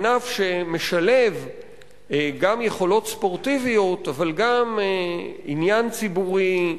ענף שמשלב גם יכולות ספורטיביות אבל גם עניין ציבורי,